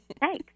Thanks